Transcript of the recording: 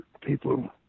people